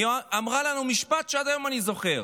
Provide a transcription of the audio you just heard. והיא אמרה לנו משפט שעד היום אני זוכר: